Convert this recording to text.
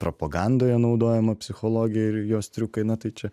propagandoje naudojama psichologija ir jos triukai na tai čia